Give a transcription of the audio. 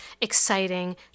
exciting